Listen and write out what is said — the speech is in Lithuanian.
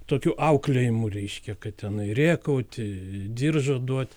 tokiu auklėjimu reiškia kad tenai rėkauti diržo duot